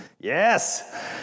Yes